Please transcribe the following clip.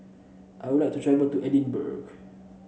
I would like to travel to Edinburgh